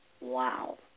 wow